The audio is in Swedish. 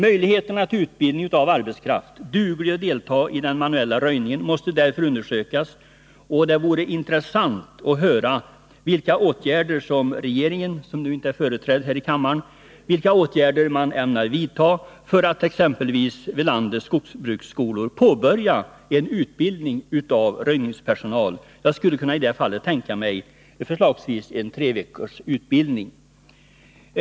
Möjligheterna till utbildning av arbetskraft, duglig att delta i den manuella röjningen, måste därför undersökas. Det vore intressant att höra vilka åtgärder som regeringen — som nu inte är företrädd här i kammaren — ämnar vidta för att exempelvis vid landets skogsbruksskolor påbörja utbildning av röjningspersonal. Jag skulle i det fallet förslagsvis kunna tänka mig en treveckorsutbildning.